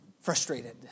frustrated